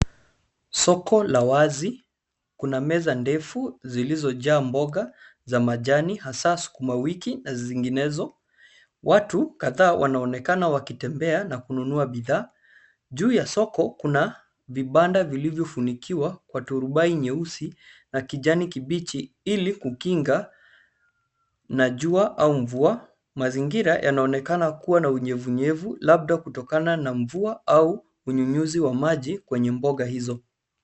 Soko la wazi , kuna meza ndefu zilizo jaa mboga za majani hasa sukuma wiki na zinginezo . Watu kadhaa wanaonekana wakitembea na kununua bidhaa . Juu ya soko kuna vibanda vilivyofunikiwa kwa turubai nyeusi na kijani kibichi ili kukinga na jua au mvua . Mazingira yanaonekana kuwa na unyevunyevu labda kutokana na mvua au unyunyuzi wa maji kwenye mboga hizo.